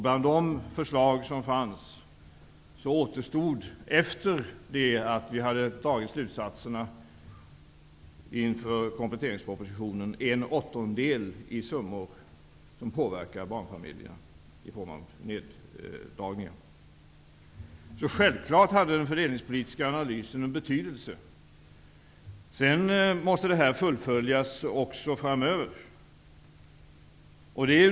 Bland de förslag som fanns återstod -- efter det att vi hade dragit slutsatserna inför kompletteringspropositionen -- en åttondel av de summor som påverkar barnfamiljerna i form av neddragningar. Självfallet hade den fördelningspolitiska analysen betydelse. Sedan måste detta fullföljas framöver.